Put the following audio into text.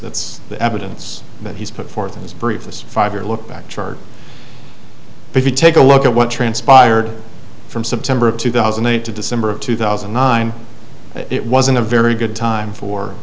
that's the evidence that he's put forth in his brief five year lookback chart if you take a look at what transpired from september of two thousand and eight to december of two thousand and nine it wasn't a very good time for